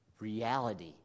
reality